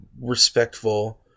respectful